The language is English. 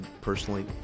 personally